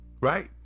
Right